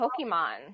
Pokemon